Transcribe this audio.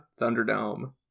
Thunderdome